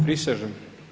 Prisežem.